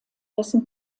dessen